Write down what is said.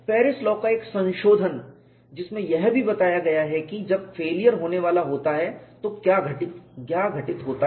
Paris law का एक संशोधन जिसमें यह भी बताया गया है कि जब फेलियर होने वाला होता है तो क्या घटित होता है